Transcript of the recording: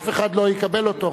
אף אחד לא יקבל אותו,